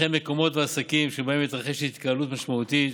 וכן על מקומות ועסקים שבהם מתרחשת התקהלות משמעותית,